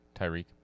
Tyreek